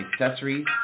accessories